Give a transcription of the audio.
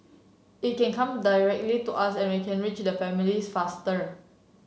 it can come directly to us and we can reach the families faster